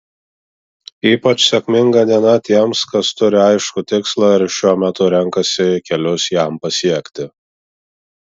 ypač sėkminga diena tiems kas turi aiškų tikslą ir šiuo metu renkasi kelius jam pasiekti